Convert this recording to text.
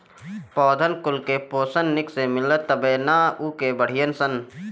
पौधन कुल के पोषन निक से मिली तबे नअ उ के बढ़ीयन सन